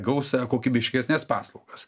gaus kokybiškesnes paslaugas